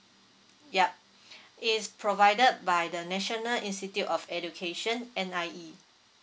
yup it's provided by the national institute of education N_I_E